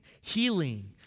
healing